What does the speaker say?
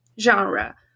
genre